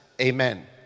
Amen